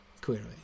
Clearly